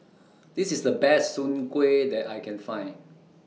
This IS The Best Soon Kuih that I Can Find